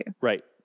Right